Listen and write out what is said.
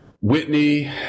Whitney